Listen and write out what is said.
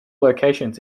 locations